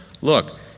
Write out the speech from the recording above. look